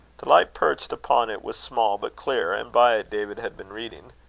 the light perched upon it was small but clear, and by it david had been reading.